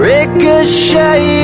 Ricochet